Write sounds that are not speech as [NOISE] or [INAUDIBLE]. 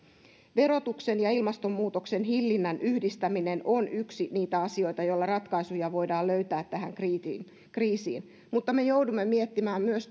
verotuksen ja ilmastonmuutoksen hillinnän yhdistäminen on yksi niitä asioita joilla ratkaisuja voidaan löytää tähän kriisiin mutta me joudumme miettimään myös [UNINTELLIGIBLE]